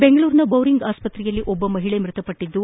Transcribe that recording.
ಬೆಂಗಳೂರಿನ ಬೌರಿಂಗ್ ಆಸ್ಪತ್ರೆಯಲ್ಲಿ ಒಬ್ಬ ಮಹಿಳೆ ಮೃತಪಟ್ಟಿದ್ದು